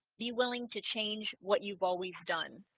be willing to change what you've always done.